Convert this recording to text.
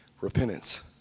Repentance